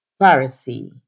Pharisee